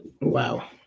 Wow